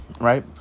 right